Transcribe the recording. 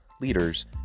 leaders